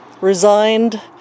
resigned